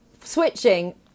switching